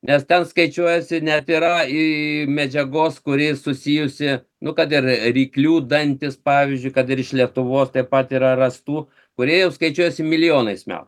nes ten skaičiuojasi net yra į medžiagos kuri susijusi nu kad ir ryklių dantys pavyzdžiui kad ir iš lietuvos taip pat yra rastų kurie jau skaičiuojasi milijonais metų